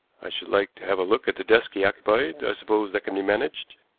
i should like to have a look at the desk he occupied. i suppose that can be managed.